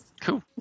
Cool